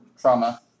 trauma